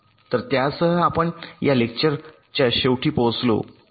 तर त्यासह आपण या लेक्चरच्या शेवटी पोहोचलो आहोत